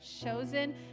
chosen